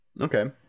Okay